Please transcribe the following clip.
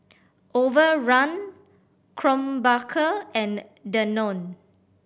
Overrun Krombacher and Danone